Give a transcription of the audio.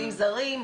עובדים זרים,